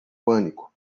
pânico